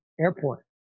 airport